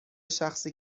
شخصی